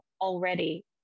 already